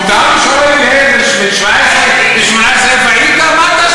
מותר לשאול ילד בן 17 ובן 18 איפה היית?